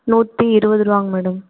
நூற்றி இருபது ரூபாங்க மேடம்